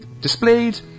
displayed